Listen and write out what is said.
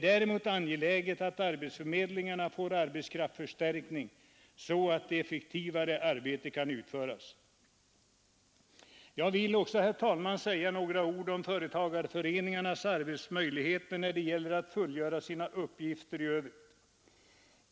Det är angeläget att arbetsförmedlingarna får arbetskraftsförstärkning så att effektivare arbete kan utföras. Jag vill också, herr talman, säga några ord om företagarföreningarnas möjligheter att fullgöra sina uppgifter.